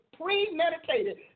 premeditated